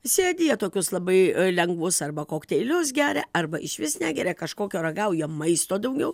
sėdi jie tokius labai lengvus arba kokteilius geria arba išvis negeria kažkokio ragauja maisto daugiau